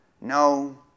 No